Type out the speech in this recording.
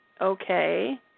Okay